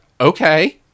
Okay